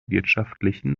wirtschaftlichen